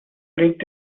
lügt